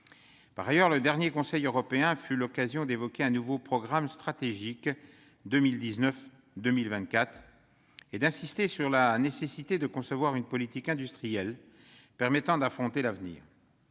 Par ailleurs, le dernier Conseil européen fut l'occasion d'évoquer le nouveau programme stratégique 2019-2024 et d'insister sur la nécessité de concevoir une « politique industrielle permettant d'affronter l'avenir